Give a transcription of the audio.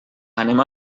anem